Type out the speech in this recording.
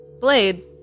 blade